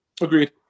Agreed